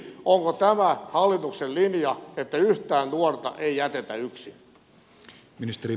onko tämä hallituksen linja että yhtään nuorta ei jätetä yksin